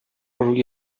روی